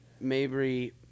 Mabry